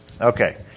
Okay